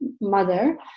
mother